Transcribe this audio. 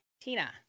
Tina